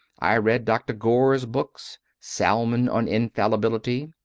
i read dr. gore s books, salmon on infallibility,